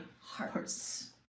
hearts